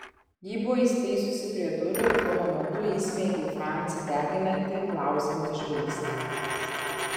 ji buvo įsitaisiusi prie durų ir tuo momentu įsmeigė į francį deginantį klausiantį žvilgsnį